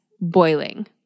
boiling